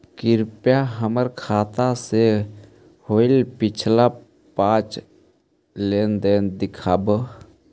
कृपा हमर खाता से होईल पिछला पाँच लेनदेन दिखाव